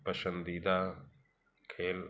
पसंदीदा खेल